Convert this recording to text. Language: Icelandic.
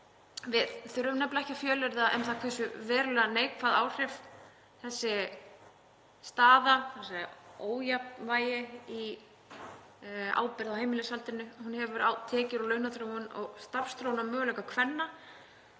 Við þurfum nefnilega ekki að fjölyrða um hversu verulega neikvæð áhrif þessi staða, þ.e. ójafnvægi í ábyrgð á heimilishaldinu, hefur á tekjur, launaþróun og starfsþróunarmöguleika kvenna,